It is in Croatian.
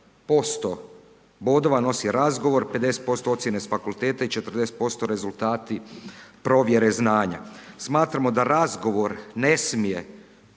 10% bodova nosi razgovor, 50% ocjene s fakulteta i 40% rezultati provjere znanja. Smatramo da razgovor ne smije